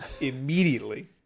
immediately